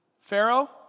Pharaoh